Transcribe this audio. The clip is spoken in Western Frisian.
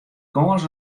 gâns